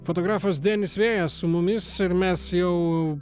fotografas denis vėjas su mumis ir mes jau